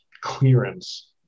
clearance